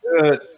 good